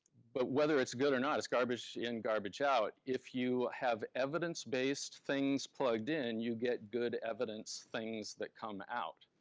but whether it's good or not, it's garbage in, garbage out. if you have evidence-based things plugged in, you get good evidence things that come out.